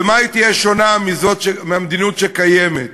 במה היא תהיה שונה מהמדיניות הקיימת?